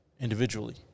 individually